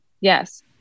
Yes